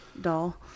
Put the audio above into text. doll